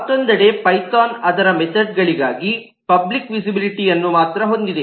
ಮತ್ತೊಂದೆಡೆ ಪೈಥಾನ್ ಅದರ ಮೆಥೆಡ್ ಗಳಿಗಾಗಿ ಪಬ್ಲಿಕ್ ವಿಸಿಬಿಲಿಟಿಅನ್ನು ಮಾತ್ರ ಹೊಂದಿದೆ